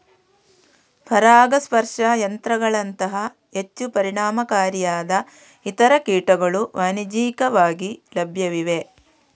ಪರಾಗಸ್ಪರ್ಶ ಯಂತ್ರಗಳಂತಹ ಹೆಚ್ಚು ಪರಿಣಾಮಕಾರಿಯಾದ ಇತರ ಕೀಟಗಳು ವಾಣಿಜ್ಯಿಕವಾಗಿ ಲಭ್ಯವಿವೆ